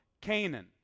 Canaan